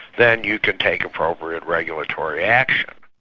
then you can take appropriate regulatory action.